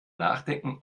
nachdenken